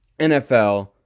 NFL